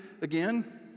again